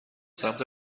سمت